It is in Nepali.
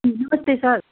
नमस्ते सर